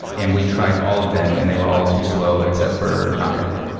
and we tried all of them and they were all too slow except for knockout.